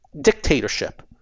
dictatorship